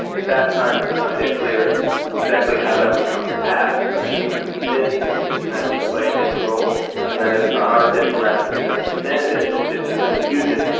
at that time it was not yet clear exactly how that would come to pass, but she was convinced that the internet would play a major role and that if our diplomats didn't understand it and didn't to use it,